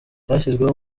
hashyizweho